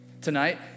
Tonight